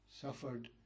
Suffered